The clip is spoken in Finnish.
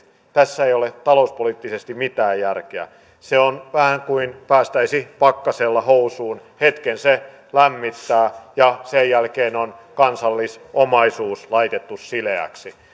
tässä ei ole talouspoliittisesti mitään järkeä se on vähän kuin päästäisi pakkasella housuun hetken se lämmittää ja sen jälkeen on kansallisomaisuus laitettu sileäksi